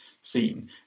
seen